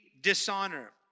dishonor